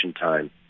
time